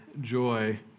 joy